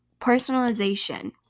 personalization